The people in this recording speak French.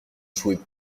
jouait